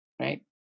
right